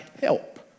help